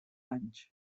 anys